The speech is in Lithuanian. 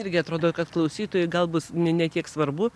irgi atrodo kad klausytojai galbūs ne tiek svarbu